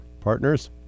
partners